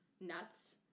nuts